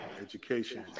Education